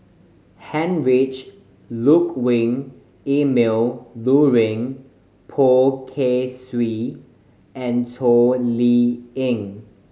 Heinrich Ludwig Emil Luering Poh Kay Swee and Toh Liying